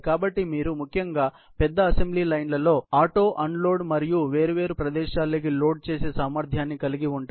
కాబట్టి మీరు ముఖ్యంగా పెద్ద అసెంబ్లీ లైన్లలో ఆటో అన్లోడ్ మరియు వేర్వేరు ప్రదేశాల్లోకి లోడ్ చేసే సామర్థ్యాన్ని కలిగి ఉంటారు